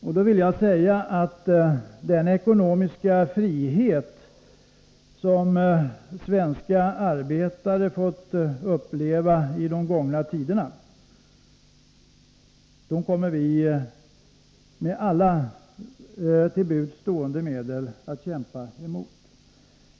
Jag vill säga att den ekonomiska frihet som svenska arbetare har fått 185 uppleva under gångna tider, den kommer vi att med alla till buds stående medel att kämpa emot.